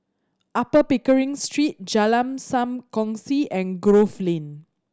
Upper Pickering Street Jalan Sam Kongsi and Grove Lane